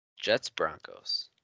Jets-Broncos